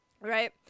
Right